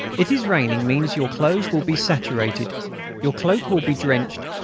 it is raining means your clothes will be saturated your cloak will be drenched,